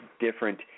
different